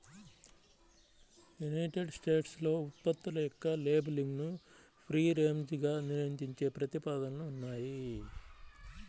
United స్టేట్స్లో ఉత్పత్తుల యొక్క లేబులింగ్ను ఫ్రీ రేంజ్గా నియంత్రించే ప్రతిపాదనలు ఉన్నాయి